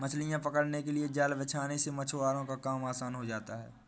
मछलियां पकड़ने के लिए जाल बिछाने से मछुआरों का काम आसान हो जाता है